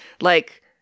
Like-